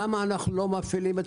למה אנו לא מפעילים?